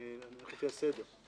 אני אלך לפי הסדר.